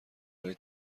برای